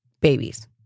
babies